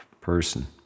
person